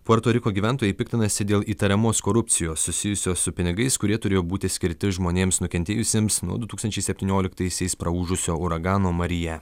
puerto riko gyventojai piktinasi dėl įtariamos korupcijos susijusios su pinigais kurie turėjo būti skirti žmonėms nukentėjusiems nuo du tūkstančiai septynioliktaisiais praūžusio uragano marija